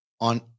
on